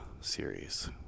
series